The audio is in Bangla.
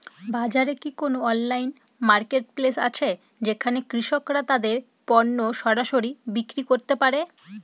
বাজারে কি কোন অনলাইন মার্কেটপ্লেস আছে যেখানে কৃষকরা তাদের পণ্য সরাসরি বিক্রি করতে পারে?